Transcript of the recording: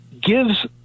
gives